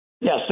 Yes